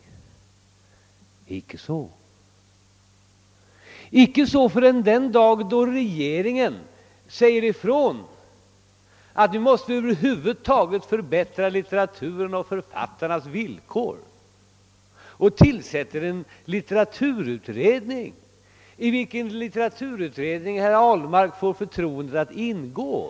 Men det har inte herr Ahlmark gjort förrän den dag regeringen säger ifrån, att vi över huvud taget måste förbättra författarnas villkor, och tillsätter en litteraturutredning. Herr Ahlmark får förtroendet att tillhöra utredningen.